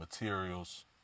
materials